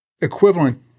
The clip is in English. Equivalent